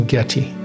Getty